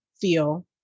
feel